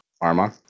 Arma